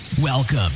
Welcome